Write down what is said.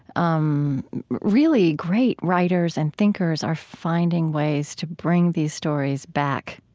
um really great writers and thinkers are finding ways to bring these stories back,